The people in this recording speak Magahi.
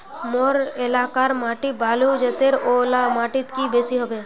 मोर एलाकार माटी बालू जतेर ओ ला माटित की बेसी हबे?